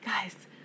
Guys